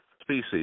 species